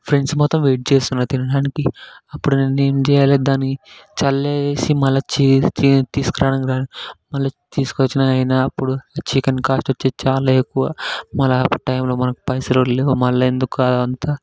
friends మొత్తం wait చేస్తున్నారు తినడానికి అప్పుడు నేను ఏమి చేయాలి దాన్ని చల్లేసి మళ్ళీ చేదు చేదు తీసుకు రావడానికి మళ్ళీ తీసుకొచ్చిన అయిన అప్పుడు చికెన్ కాస్ట్ వచ్చి చాలా ఎక్కువ మళ్ళీ ఆ టైంలో మనకు పైసలు కూడా లేవు మళ్ళీ ఎందుకంత